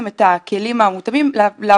קיבלו מלגות מקמ"ח ולכן אני יודע על סמך זה